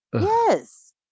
Yes